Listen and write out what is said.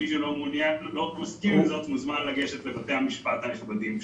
מי שלא מסכים עם זאת מוזמן לגשת לבתי המשפט הנכבדים שלנו.